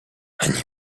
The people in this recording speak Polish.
ani